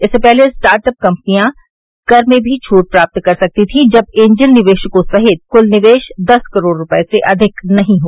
इससे पहले स्टार्टअप कम्पनियां कर में छूट भी प्राप्त कर सकती थी जब एंजल निवेशकों सहित कुल निवेश दस करोड़ रुपये से अधिक नहीं हो